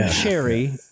Cherry